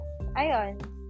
Ayon